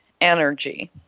energy